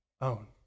own